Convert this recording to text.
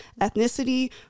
ethnicity